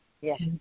Yes